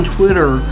Twitter